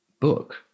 book